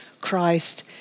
Christ